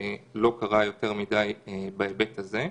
לא קרה יותר מידי בהיבט הזה.